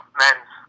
men's